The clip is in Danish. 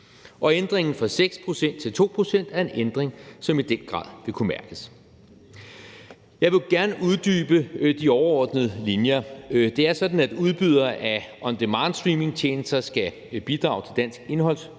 og ændringen fra 6 pct. til 2 pct. er en ændring, som i den grad vil kunne mærkes. Jeg vil gerne uddybe de overordnede linjer. Det er sådan, at udbydere af on demand-streamingtjenester skal bidrage til dansk indholdsproduktion